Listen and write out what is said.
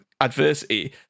adversity